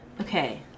Okay